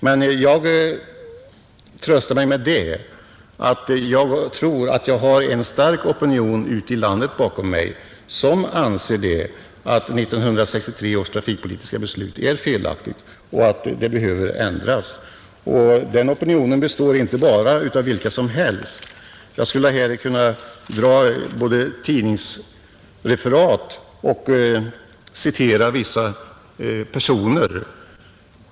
Men jag tröstar mig med att jag tror att jag har en stark opinion ute i landet bakom mig som anser att 1963 års trafikpolitiska beslut är felaktigt och att det behöver ändras. Den opinionen består inte av vilka som helst. Jag skulle kunna citera både tidningsreferat och uttalanden av vissa personer.